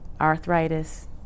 Arthritis